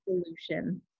solution